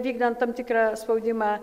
vykdant tam tikrą spaudimą